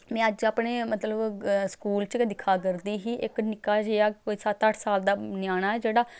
में अज्ज अपने मतलब स्कूल च गै दिक्खा करदी ही इक निक्का जेहा कोई सत्त अट्ठ साल दा ञ्याना ऐ जेह्ड़ा